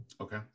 Okay